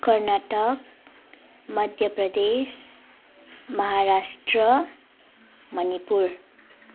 Karnataka Madhya Pradesh Maharashtra Manipur